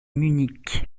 munich